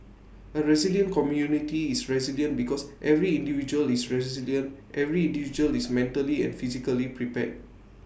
A resilient community is resilient because every individual is resilient every individual is mentally and physically prepared